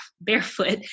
barefoot